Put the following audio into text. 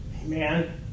Amen